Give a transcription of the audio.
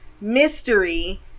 mystery